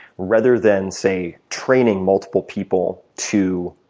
rather than say training multiple people to